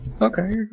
okay